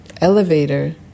elevator